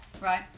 Right